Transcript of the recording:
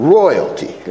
royalty